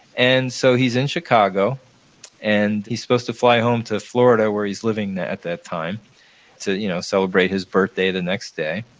and so, he's in chicago and he's supposed to fly home to florida where he's living at that time to you know celebrate his birthday the next day.